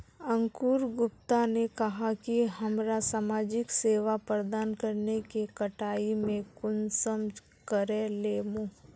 अंकूर गुप्ता ने कहाँ की हमरा समाजिक सेवा प्रदान करने के कटाई में कुंसम करे लेमु?